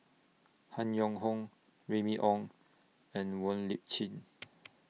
Han Yong Hong Remy Ong and Wong Lip Chin